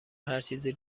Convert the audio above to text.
هرچیزی